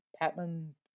Patman